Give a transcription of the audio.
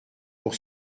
pour